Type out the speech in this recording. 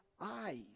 eyes